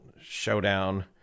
showdown